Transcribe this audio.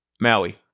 Maui